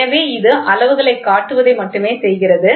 எனவே இது அளவுகளை காட்டுவதை மட்டுமே செய்கிறது